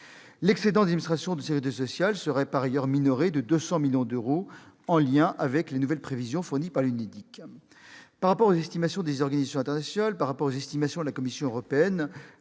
L'excédent des administrations de sécurité sociale serait par ailleurs minoré de 200 millions d'euros, en lien avec les nouvelles prévisions fournies par l'UNEDIC. Par rapport aux estimations des organisations internationales et de la Commission européenne,